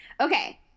Okay